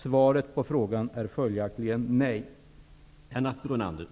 Svaret på frågan är följaktligen nej.